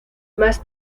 más